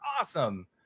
awesome